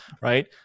right